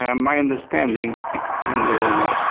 um my understanding it's in the.